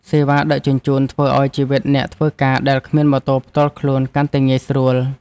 សេវាដឹកជញ្ជូន ធ្វើឱ្យជីវិតអ្នកធ្វើការដែលគ្មានម៉ូតូផ្ទាល់ខ្លួនកាន់តែងាយស្រួល។